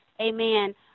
Amen